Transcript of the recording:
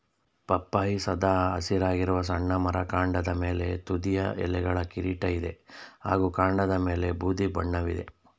ಪಪ್ಪಾಯಿ ಸದಾ ಹಸಿರಾಗಿರುವ ಸಣ್ಣ ಮರ ಕಾಂಡದ ಮೇಲೆ ತುದಿಯ ಎಲೆಗಳ ಕಿರೀಟ ಇದೆ ಹಾಗೂ ಕಾಂಡದಮೇಲೆ ಬೂದಿ ಬಣ್ಣವಿದೆ